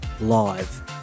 live